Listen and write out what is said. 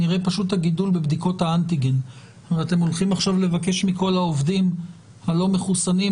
בדיקות אנטיגן לא עושים בקופת חולים אלא במוקדים.